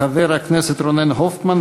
חבר הכנסת רונן הופמן,